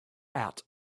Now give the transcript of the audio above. out